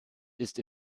ist